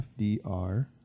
FDR